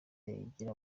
igira